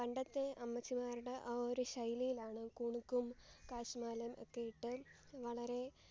പണ്ടത്തെ അമ്മച്ചിമാരുടെ ആ ഒരു ശൈലിയിലാണ് കുണുക്കും കാശിമാലയും ഒക്കെ ഇട്ട് വളരെ